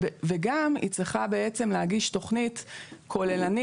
וגם היא צריכה בעצם להגיש תכנית כוללנית.